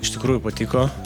iš tikrųjų patiko